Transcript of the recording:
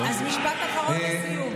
אז משפט אחרון לסיום.